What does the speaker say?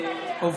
תודה רבה.